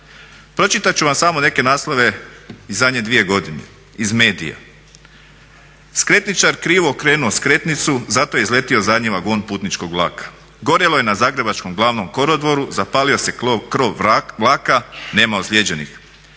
Pročitat ću vam samo neke naslove iz zadnje dvije godine iz medija "Skretničar krivo okrenuo skretnicu zato je izletio zadnji vagon putničkog vlaka." "Gorjelo je na zagrebačkom glavnom kolodvoru, zapalio se krov vlaka, nema ozlijeđenih."